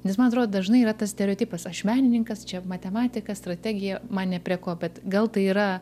nes man atrodo dažnai yra tas stereotipas aš menininkas čia matematika strategija man ne prie ko bet gal tai yra